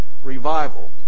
Revival